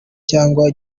cyangwa